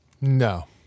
No